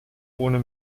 ohne